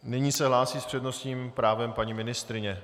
Nyní se hlásí s přednostním právem paní ministryně.